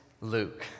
Luke